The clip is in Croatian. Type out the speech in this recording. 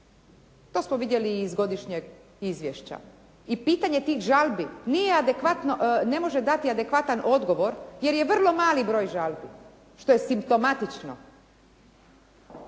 To smo vidjeli i iz godišnjeg izvješća i pitanje tih žalbi nije adekvatno, ne može dati adekvatan odgovor jer je vrlo mali broj žalbi, što je simptomatično.